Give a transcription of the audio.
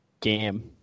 Game